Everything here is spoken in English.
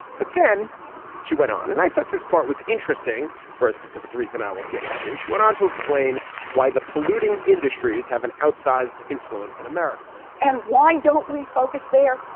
but then she went on and i thought this part was interesting for a specific reason i will get into. she went on to explain why the polluting industries have an outsized influence in america and why don't we focus there.